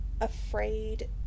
afraid